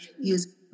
use